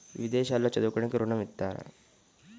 విదేశాల్లో చదువుకోవడానికి ఋణం ఇస్తారా?